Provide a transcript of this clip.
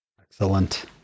Excellent